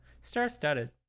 Star-studded